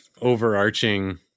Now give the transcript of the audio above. overarching